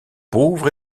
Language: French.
pauvre